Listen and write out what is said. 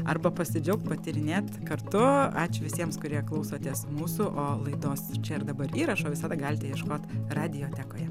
arba pasidžiaugt patyrinėt kartu ačiū visiems kurie klausotės mūsų o laidos čia ir dabar įrašo visada galite ieškot radiotekoje